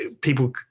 people